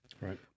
Right